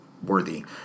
Worthy